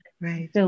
Right